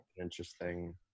interesting